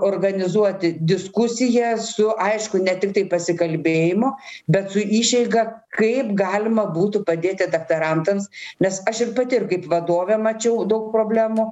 organizuoti diskusiją su aišku ne tiktai pasikalbėjimu bet su išeiga kaip galima būtų padėti daktarantams nes aš ir pati ir kaip vadovė mačiau daug problemų